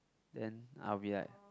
then I'll be like